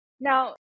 now